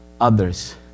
others